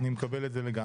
אני מקבל את זה לגמרי.